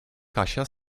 kasia